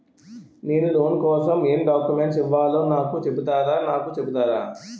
నేను లోన్ కోసం ఎం డాక్యుమెంట్స్ ఇవ్వాలో నాకు చెపుతారా నాకు చెపుతారా?